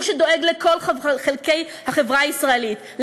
הוא שדואג לכל חלקי החברה הישראלית,